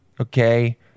okay